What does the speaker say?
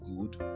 good